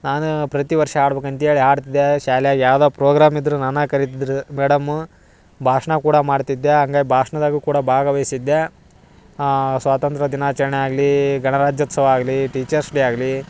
ನಾನು ಪ್ರತಿವರ್ಷ ಹಾಡ್ಬೇಕ್ ಅಂತೇಳಿ ಹಾಡ್ತಿದ್ದೇ ಶಾಲ್ಯಾಗ ಯಾವ್ದೇ ಪ್ರೋಗ್ರಾಮ್ ಇದ್ದರೂ ನನ್ನ ಕರಿತಿದ್ರು ಮೇಡಮ್ಮು ಭಾಷಣ ಕೂಡ ಮಾಡ್ತಿದ್ದೆ ಹಂಗಾಗ್ ಭಾಷ್ಣದಾಗು ಕೂಡ ಭಾಗವಹಿಸ್ತಿದ್ದೆ ಸ್ವತಂತ್ರ್ಯ ದಿನಾಚರಣೆ ಆಗಲಿ ಗಣರಾಜ್ಯೋತ್ಸವ ಆಗಲಿ ಟೀಚರ್ಸ್ ಡೇ ಆಗಲಿ